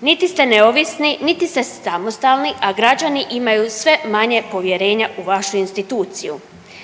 Niti ste neovisni niti ste samostalni, a građani imaju sve manje povjerenja u vaše instituciju.